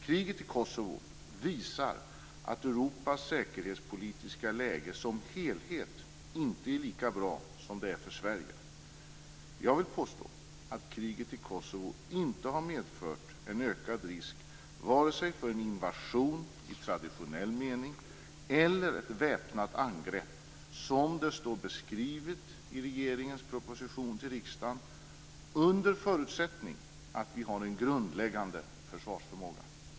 Kriget i Kosovo visar att Europas säkerhetspolitiska läge som helhet inte är lika bra som det är för Sverige. Jag vill påstå att kriget i Kosovo inte har medfört en ökad risk för vare sig en invasion i traditionell mening eller ett väpnat angrepp, som det står beskrivet i regeringens proposition till riksdagen, under förutsättning att vi har en grundläggande försvarsförmåga.